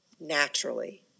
naturally